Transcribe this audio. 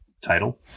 title